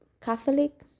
catholic